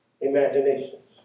imaginations